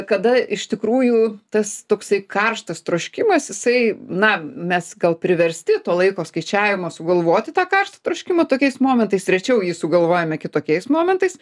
kada iš tikrųjų tas toksai karštas troškimas jisai na mes gal priversti to laiko skaičiavimo sugalvoti tą karštą troškimą tokiais momentais rečiau jį sugalvojame kitokiais momentais